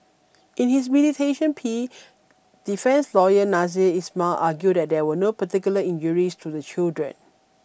in his plea defence lawyer Nasser Ismail argued that there were no particular injuries to the children